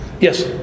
Yes